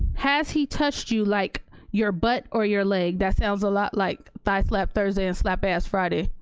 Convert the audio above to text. has he touched you like your butt or your leg? that sounds a lot like thigh-slap thursday and slap-ass friday.